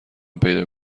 پیدا